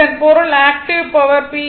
இதன் பொருள் active power P VI cos a β